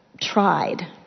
tried